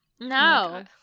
No